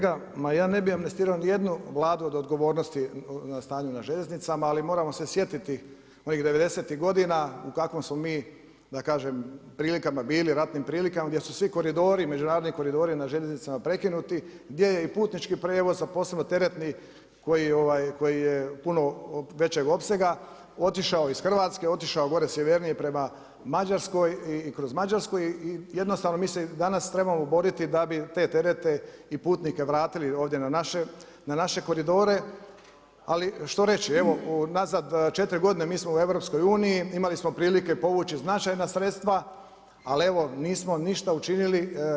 Uvaženi kolega, ma ja ne bi amnestirao ni jednu Vladu od odgovornosti o stanju na željeznicama, ali moramo se sjetiti onih 90'-tih godina u kakvom smo mi, da kažem prilikama bili, ratnim prilikama gdje su svi koridori međunarodni koridori na željeznicama prekinuti, gdje je i putnički prijevoz a posebno i teretni koji je puno većeg opsega otišao iz Hrvatske, otišao gore sjevernije prema Mađarskoj i kroz Mađarsku i jednostavno mislim danas trebamo boriti da bi te terete i putnike vratili ovdje na naše koridore, ali što reći, evo unazad četiri godine mi smo u EU imali smo prilike povući značajna sredstva ali evo ništa nismo učinili.